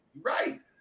right